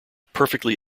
perfectly